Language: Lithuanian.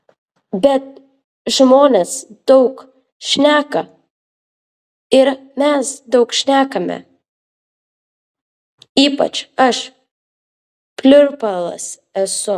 bet žmonės daug šneka ir mes daug šnekame ypač aš pliurpalas esu